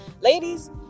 Ladies